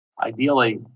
ideally